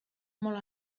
molt